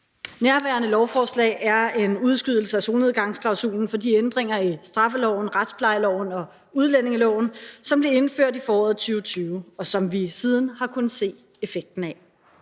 Nærværende lovforslag er en udskydelse af solnedgangsklausulen for de ændringer i straffeloven, retsplejeloven og udlændingeloven, som blev indført i foråret 2020, og som vi siden har kunnet se effekten af.